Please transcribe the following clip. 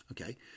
Okay